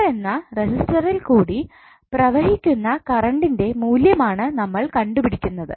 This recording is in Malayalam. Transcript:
R എന്ന റസിസ്റ്ററിൽ കൂടി പ്രവഹിക്കുന്ന കറണ്ടിന്റെ മൂല്യമാണ് നമ്മൾ കണ്ടു പിടിക്കുന്നത്